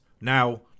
Now